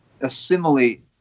assimilate